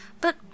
But